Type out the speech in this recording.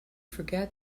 forget